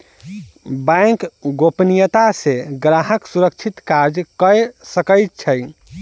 bank गोपनियता सॅ ग्राहक सुरक्षित कार्य कअ सकै छै